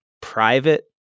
private